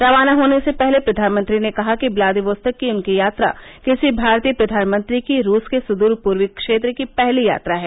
रवाना होने से पहले प्रधानमंत्री ने कहा कि ब्लादिवोसस्तिक की उनकी यात्रा किसी भारतीय प्रधानमंत्री की रूस के सुदूर पूर्वी क्षेत्र की पहली यात्रा है